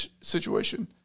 situation